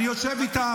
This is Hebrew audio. אני יושב איתן.